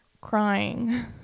crying